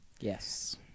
Yes